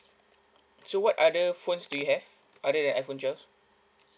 so what other phones do you have other than iphone twelve